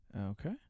Okay